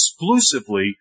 exclusively